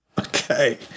okay